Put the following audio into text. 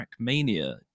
Trackmania